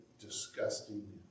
disgusting